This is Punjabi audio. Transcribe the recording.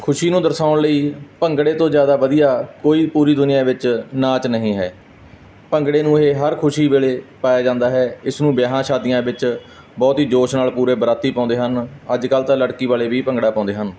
ਖੁਸ਼ੀ ਨੂੰ ਦਰਸ਼ਾਉਣ ਲਈ ਭੰਗੜੇ ਤੋਂ ਜ਼ਿਆਦਾ ਵਧੀਆ ਕੋਈ ਪੂਰੀ ਦੁਨੀਆਂ ਵਿੱਚ ਨਾਚ ਨਹੀਂ ਹੈ ਭੰਗੜੇ ਨੂੰ ਇਹ ਹਰ ਖੁਸ਼ੀ ਵੇਲੇ ਪਾਇਆ ਜਾਂਦਾ ਹੈ ਇਸ ਨੂੰ ਵਿਆਹ ਸ਼ਾਦੀਆਂ ਵਿਚ ਬਹੁਤ ਜੀ ਜੋਸ਼ ਨਾਲ ਪੂਰੇ ਬਾਰਾਤੀ ਪਾਉਂਦੇ ਹਨ ਅੱਜ ਕੱਲ੍ਹ ਤਾਂ ਲੜਕੀ ਵਾਲੇ ਵੀ ਭੰਗੜਾ ਪਾਉਂਦੇ ਹਨ